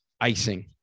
icing